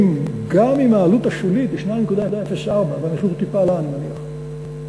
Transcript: גם אם העלות השולית היא 2.04 והמחיר טיפה עלה מאז,